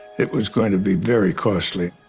it was going to be very costly.